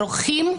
רוקחים.